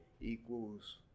equals